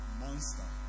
monster